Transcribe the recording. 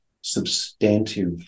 substantive